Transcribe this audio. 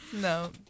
no